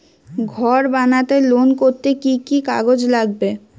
ঘর বানাতে লোন করতে কি কি কাগজ লাগবে?